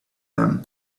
them